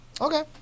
Okay